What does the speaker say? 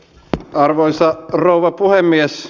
arvoisa puhemies